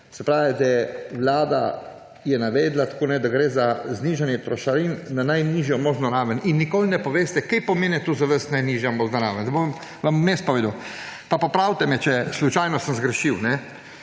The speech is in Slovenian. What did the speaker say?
se pravi, da je Vlada navedla, da gre za znižanje trošarin na najnižjo možno raven, in nikoli ne poveste, kaj pomeni za vas najnižja možna raven. Vam bom jaz povedal, popravite me, če bom slučajno zgrešil.